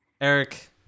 Eric